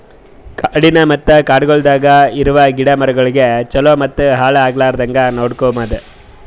ಕಾಡಿನ ಮತ್ತ ಕಾಡಗೊಳ್ದಾಗ್ ಇರವು ಗಿಡ ಮರಗೊಳಿಗ್ ಛಲೋ ಮತ್ತ ಹಾಳ ಆಗ್ಲಾರ್ದಂಗ್ ನೋಡ್ಕೋಮದ್